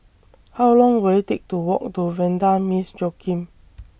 How Long Will IT Take to Walk to Vanda Miss Joaquim